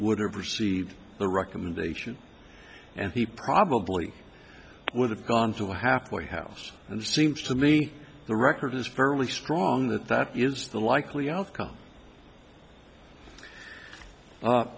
would have received the recommendation and he probably would have gone to a halfway house and seems to me the record is fairly strong that that is the likely outcome